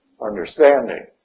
understanding